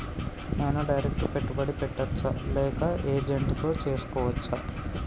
నేను డైరెక్ట్ పెట్టుబడి పెట్టచ్చా లేక ఏజెంట్ తో చేస్కోవచ్చా?